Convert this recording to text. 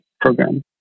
program